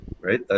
right